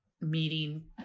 meeting